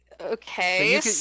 Okay